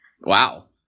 Wow